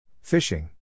fishing